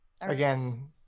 Again